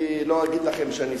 אני לא אגיד לכם שאני,